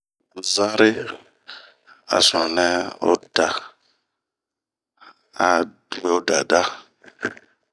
Zan're a sunu nɛ o da a we o dada.